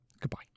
Goodbye